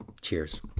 Cheers